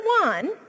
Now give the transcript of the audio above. one